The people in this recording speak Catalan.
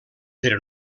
però